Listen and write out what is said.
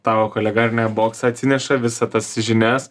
tavo kolega ar ne į boksą atsineša visa tas žinias